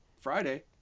Friday